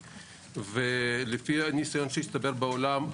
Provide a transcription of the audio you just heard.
ולפי הניסיון שהצטבר בעולם,